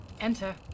Enter